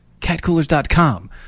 catcoolers.com